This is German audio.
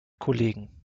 kollegen